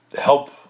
help